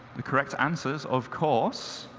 the correct answer is, of course,